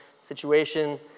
situation